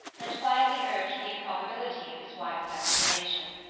and quietly urged the improbability of his wife's explanation.